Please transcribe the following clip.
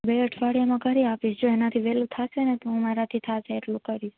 બે અઠવાડીયામાં કરી આપીશ જો એનાથી વેહલું થાશેને તો મારાથી થશે એટલું કરીશ